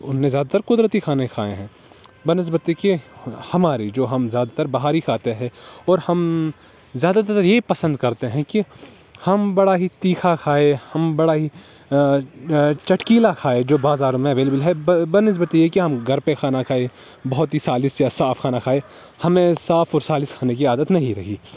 انہوں نے زیادہ تر قدرتی کھانے کھائے ہیں بہ نسبت یہ کہ ہماری جو ہم زیادہ تر باہر ہی کھاتے ہیں اور ہم زیادہ تر یہی پسند کرتے ہیں کہ ہم بڑا ہی تیکھا کھائے ہم بڑا ہی چٹکیلا کھائے جو بازاروں میں اویلیبل ہے بہ نسبت یہ کہ ہم گھر پہ کھانا کھائے بہت ہی سالس یہ صاف کھانا کھائے ہمیں صاف اور سالس کھانے کی عادت نہیں رہی